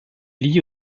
liée